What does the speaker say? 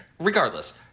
regardless